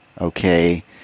okay